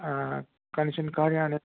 कञ्चन कार्याणं